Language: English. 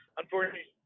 unfortunately